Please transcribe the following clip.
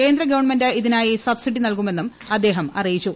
കേന്ദ്ര ഗവൺമെന്റ് ഇതിനായി സബ്സിഡി നൽകുമെന്നും അദ്ദേഹം അറിയിച്ചു